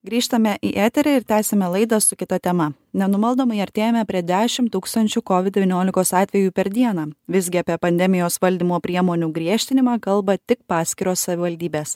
grįžtame į eterį ir tęsiame laidą su kita tema nenumaldomai artėjame prie dešim tūkstančių covid devyniolikos atvejų per dieną visgi apie pandemijos valdymo priemonių griežtinimą kalba tik paskiros savivaldybės